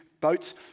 boats